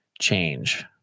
change